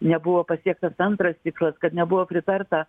nebuvo pasiektas antras tikslas kad nebuvo pritarta